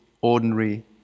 ordinary